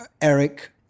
Eric